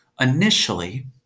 initially